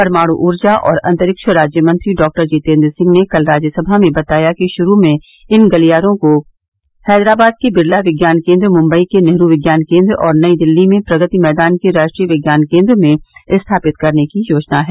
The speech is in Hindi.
परमाणु ऊर्जा और अंतरिक्ष राज्य मंत्री डॉक्टर जितेन्द्र सिंह ने कल राज्यसभा में बताया कि शुरू में इन गलियारों को हैदराबाद के बिरला विज्ञान केन्द्र मुंबई के नेहरू विज्ञान केंद्र और नई दिल्ली में प्रगति मैदान के राष्ट्रीय विज्ञान केंद्र में स्थापित करने की योजना है